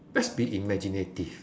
let's be imaginative